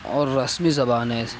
اور رسمی زبان ہے